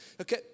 Okay